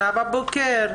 נאווה בוקר,